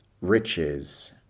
riches